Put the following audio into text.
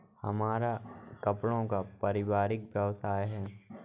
हमारा कपड़ों का पारिवारिक व्यवसाय है